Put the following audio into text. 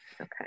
Okay